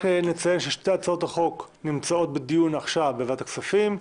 נציין ששתי הצעות החוק נמצאות בדיון עכשיו בוועדת הכספים.